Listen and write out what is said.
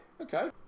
Okay